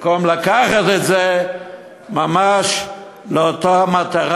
במקום לקחת את זה ממש לאותה מטרה,